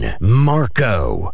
Marco